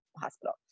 hospital